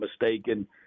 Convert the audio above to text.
mistaken